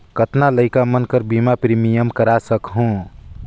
कतना लइका मन कर बीमा प्रीमियम करा सकहुं?